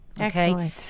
Okay